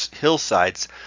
hillsides